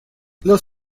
los